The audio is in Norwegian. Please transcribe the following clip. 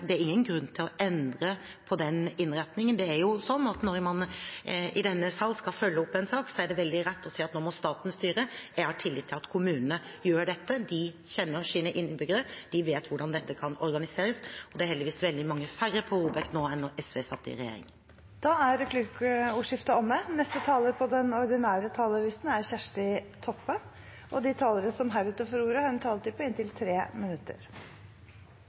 Det er ingen grunn til å endre på den innretningen. Når man i denne sal skal følge opp en sak, er det veldig lett å si at nå må staten styre. Jeg har tillit til at kommunene gjør dette. De kjenner sine innbyggere og vet hvordan dette kan organiseres. Til slutt: Det er heldigvis veldig mange færre på ROBEK nå enn da SV satt i regjering. Replikkordskiftet er omme. De talere som heretter får ordet, har også en taletid på 3 minutter.